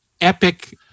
epic